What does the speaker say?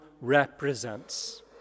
represents